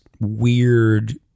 weird